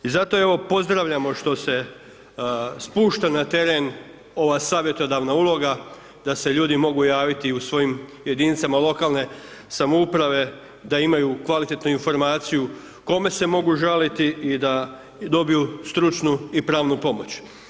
I zato evo pozdravljamo što se spušta na teren ova savjetodavna uloga da se ljudi mogu javiti u svojim jedinicama lokalne samouprave da imaju kvalitetnu informaciju kome se mogu žaliti i da dobiju stručnu i pravnu pomoć.